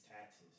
taxes